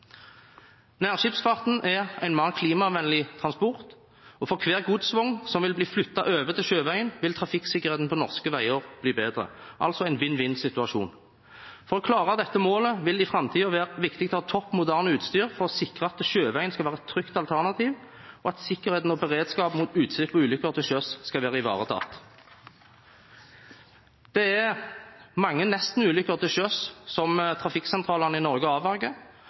Nærskipsfarten er en mer klimavennlig transport, og for hver godsvogn som vil bli flyttet over til sjøveien, vil trafikksikkerheten på norske veier bli bedre – altså en vinn-vinn-situasjon. For å klare dette målet vil det i framtiden være viktig å ha topp moderne utstyr for å sikre at sjøveien skal være et trygt alternativ, og at sikkerheten og beredskap mot utslipp og ulykker til sjøs skal være ivaretatt. Det er mange nestenulykker til sjøs som trafikksentralene i Norge avverger,